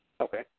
Okay